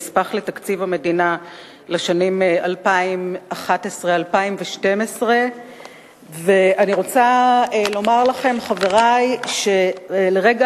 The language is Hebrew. נספח לתקציב המדינה לשנים 2011 2012 שהונח בארגז גדול על שולחננו.